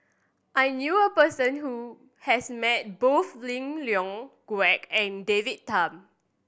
I knew a person who has met both Lim Leong Geok and David Tham